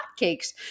hotcakes